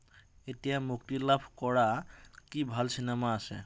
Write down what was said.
এতিয়া মুক্তি লাভ কৰা কি ভাল চিনেমা আছে